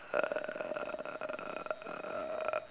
uh